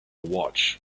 watch